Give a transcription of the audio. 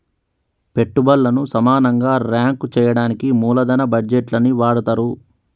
పెట్టుబల్లను సమానంగా రాంక్ చెయ్యడానికి మూలదన బడ్జేట్లని వాడతరు